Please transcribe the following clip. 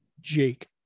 jake